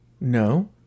No